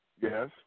Yes